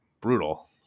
brutal